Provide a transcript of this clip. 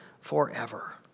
forever